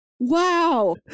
wow